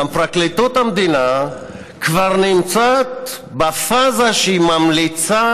גם פרקליטות המדינה כבר נמצאת בפאזה שהיא ממליצה